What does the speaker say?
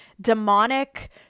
demonic